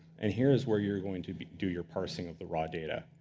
and here's where you're going to do your parsing of the raw data.